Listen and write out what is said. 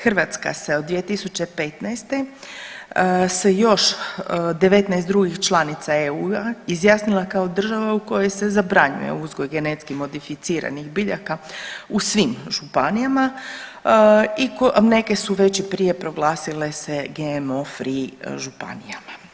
Hrvatska se od 2015. sa još 19 drugih članova EU-a izjasnila kao država u kojoj se zabranjuje uzgoj genetski modificiranih biljaka u svim županijama i neke su već i prije proglasile se GMO free županijama.